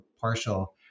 partial